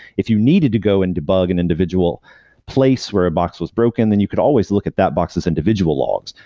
if you needed to go and debug an individual place where a box was broken, then you could always look at that box as individual logs.